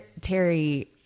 Terry